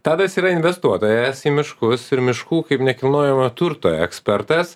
tadas yra investuotojas į miškus ir miškų kaip nekilnojamojo turto ekspertas